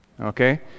okay